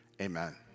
Amen